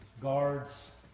guards